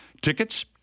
Tickets